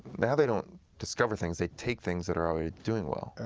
now they don't discover things, they take things that are always doing well.